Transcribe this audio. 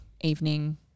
evening